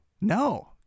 No